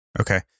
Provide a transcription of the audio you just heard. Okay